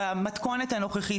במתכונת החוק,